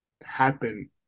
happen